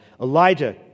Elijah